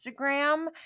Instagram